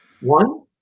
One